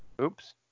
Oops